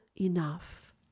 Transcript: enough